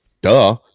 Duh